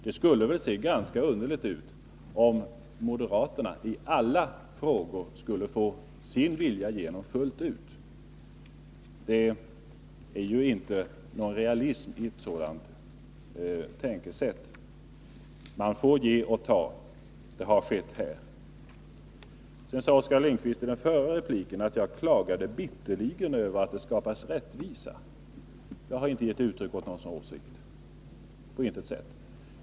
Det skulle väl se ganska underligt ut om moderaterna i alla frågor skulle få sin vilja igenom fullt ut. Det är ju inte någon realism i ett sådant tänkesätt. Man får ge och ta. Det har skett här. 59 Vidare sade Oskar Lindkvist i sin förra replik att jag klagade bitterligen över att det skapas rättvisa. Jag har på intet sätt givit uttryck åt någon sådan åsikt.